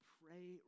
pray